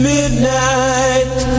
Midnight